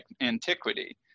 antiquity